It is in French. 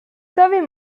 savez